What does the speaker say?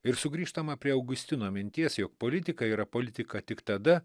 ir sugrįžtama prie augustino minties jog politika yra politika tik tada